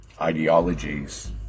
ideologies